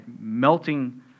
melting